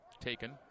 Taken